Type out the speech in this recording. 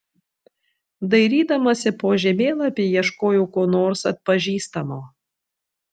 dairydamasi po žemėlapį ieškojau ko nors atpažįstamo